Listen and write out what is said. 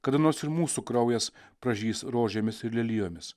kada nors ir mūsų kraujas pražys rožėmis ir lelijomis